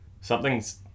something's